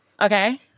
okay